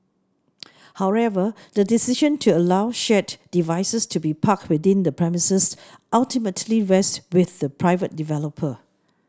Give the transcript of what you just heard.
however the decision to allow shared devices to be parked within the premises ultimately rests with the private developer